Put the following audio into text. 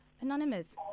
Anonymous